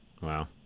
Wow